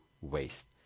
waste